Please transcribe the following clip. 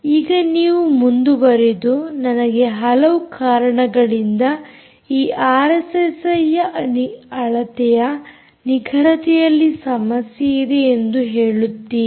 ಈಗ ನೀವು ಮುಂದುವರಿದು ನನಗೆ ಹಲವು ಕಾರಣಗಳಿಂದ ಈ ಆರ್ಎಸ್ಎಸ್ಐ ಯ ಅಳತೆಯ ನಿಖರತೆಯಲ್ಲಿ ಸಮಸ್ಯೆಯಿದೆ ಎಂದು ಹೇಳುತ್ತೀರಿ